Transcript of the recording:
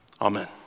Amen